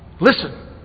Listen